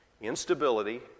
Instability